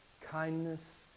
kindness